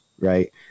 Right